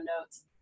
notes